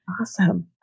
Awesome